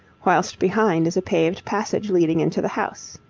whilst behind is a paved passage leading into the house.